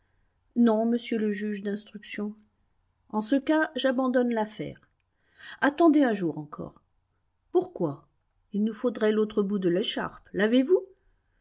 non monsieur le juge d'instruction en ce cas j'abandonne l'affaire attendez un jour encore pourquoi il nous faudrait l'autre bout de l'écharpe l'avez-vous